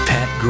Pat